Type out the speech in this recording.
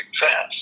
success